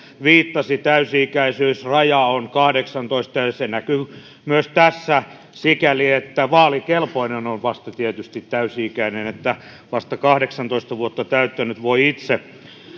viittasi, täysi-ikäisyysraja on 18, ja se näkyy myös tässä sikäli, että vaalikelpoinen on tietysti vasta täysi-ikäisenä, vasta 18 vuotta täyttänyt voi itse